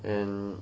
and